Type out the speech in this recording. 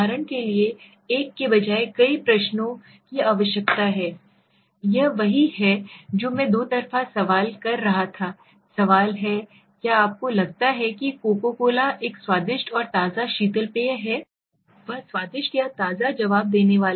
उदाहरण के लिए एक के बजाय कई प्रश्नों की आवश्यकता है यह वही है जो मैं दोतरफा सवाल कह रहा था सवाल है क्या आपको लगता है कि कोको कोला एक स्वादिष्ट और ताज़ा शीतल पेय है वह स्वादिष्ट या ताज़ा जवाब देने वाला है